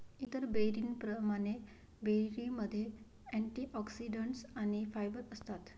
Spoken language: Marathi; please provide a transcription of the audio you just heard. इतर बेरींप्रमाणे, बेरीमध्ये अँटिऑक्सिडंट्स आणि फायबर असतात